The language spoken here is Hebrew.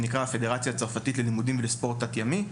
הוא נקרא "הפדרציה הצרפתית ללימודים ולספורט תת ימי",